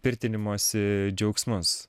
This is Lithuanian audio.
pirtinimosi džiaugsmus